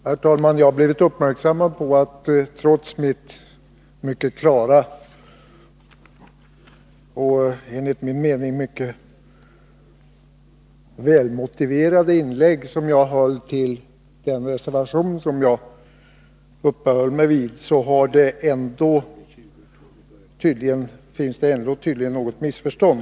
Herr talman! Jag har blivit uppmärksammad på att det, trots mitt mycket klara och enligt min mening mycket välmotiverade inlägg, som jag höll med anledning av den reservation som jag är med om, tydligen finns något missförstånd.